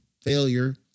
failure